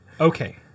okay